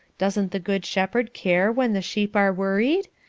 doesn't the good shepherd care when the sheep are worried?